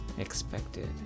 expected